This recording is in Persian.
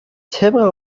طبق